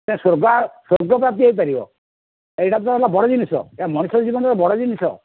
ସ୍ୱର୍ଗ ସ୍ଵର୍ଗପ୍ରାପ୍ତି ହୋଇପାରିବ ଏଇଟା ତ ହେଲା ବଡ଼ ଜିନିଷ ଏହା ମଣିଷ ଜୀବନରେ ବଡ଼ ଜିନିଷ